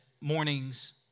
morning's